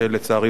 בעניין הזה.